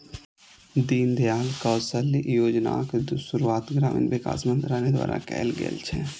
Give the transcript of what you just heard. दीनदयाल कौशल्य योजनाक शुरुआत ग्रामीण विकास मंत्रालय द्वारा कैल गेल छै